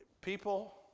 people